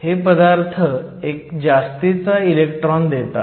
हे पदार्थ एक जास्तीचा इलेक्ट्रॉन देतात